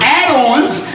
Add-ons